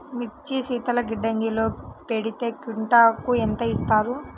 మిర్చి శీతల గిడ్డంగిలో పెడితే క్వింటాలుకు ఎంత ఇస్తారు?